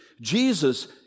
Jesus